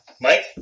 Mike